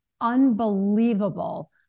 unbelievable